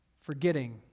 forgetting